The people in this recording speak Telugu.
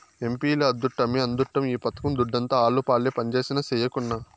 ఎంపీల అద్దుట్టమే అద్దుట్టం ఈ పథకం దుడ్డంతా ఆళ్లపాలే పంజేసినా, సెయ్యకున్నా